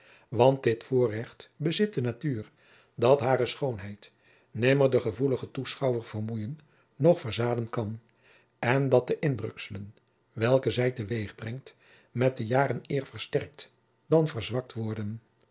want dit voorrecht bezit de natuur dat hare schoonheid nimmer den gevoeligen toeschouwer vermoeien noch verzaden kan en dat de indrukselen welke zij te weeg brengt met de jaren eer versterkt dan verzwakt worden